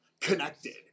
connected